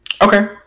Okay